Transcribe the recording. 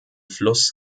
fluss